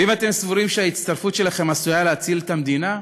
ואם אתם סבורים שההצטרפות שלכם עשויה להציל את המדינה,